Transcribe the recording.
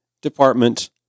department